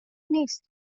نیست